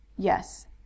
Yes